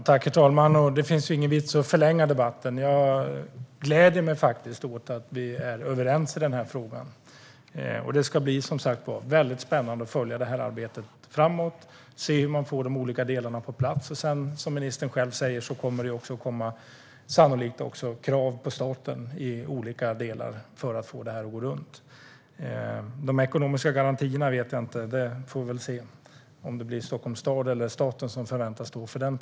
Herr talman! Det finns ingen vits med att förlänga debatten. Jag gläder mig åt att vi är överens i den här frågan. Det ska bli mycket spännande att följa det här arbetet framåt och se hur man får de här olika delarna på plats. Som ministern själv säger kommer det sannolikt också att komma krav på staten i olika delar för att få det här att gå runt. När det gäller de ekonomiska garantierna får vi se om det blir Stockholms stad eller staten som förväntas stå för dem.